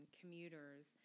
commuters